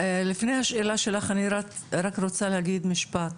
לפני השאלה שלך אני רק רוצה להגיד משפט.